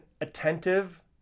attentive